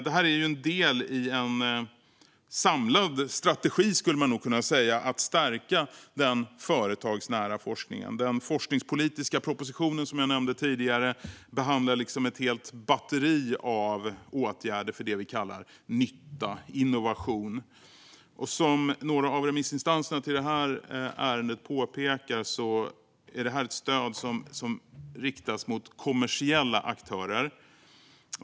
Det här är en del i en samlad strategi, skulle man nog kunna säga, för att stärka den företagsnära forskningen. Den forskningspolitiska propositionen som jag nämnde tidigare behandlar ett helt batteri av åtgärder för det vi kallar nytta, det vill säga innovation. Som några av remissinstanserna i det här ärendet poängterar är det här ett stöd som riktas mot kommersiella aktörer.